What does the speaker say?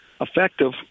effective